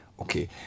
Okay